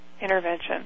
intervention